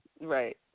right